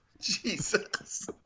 Jesus